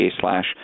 slash